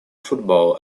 football